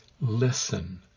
listen